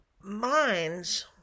minds